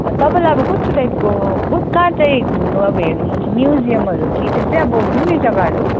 तपाईँलाई अब कस्तो टाइपको कस कहाँ चाहिँ घुम्नु अब हेर्नु मन छ म्युजियमहरू कि त्यस्तै अब घुम्ने जगाहरू